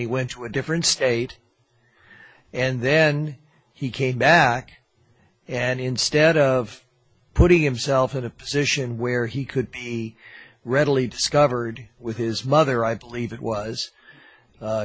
y went to a different state and then he came back and instead of putting himself in a position where he could be readily discovered with his mother i believe it was